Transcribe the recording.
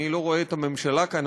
אני לא רואה את הממשלה כאן,